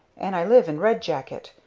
and i live in red jacket,